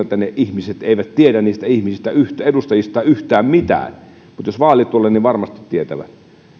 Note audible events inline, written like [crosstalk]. [unintelligible] että ne ihmiset eivät tiedä niistä edustajistaan yhtään mitään mutta jos vaalit tulevat niin varmasti tietävät